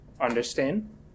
understand